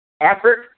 Effort